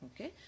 Okay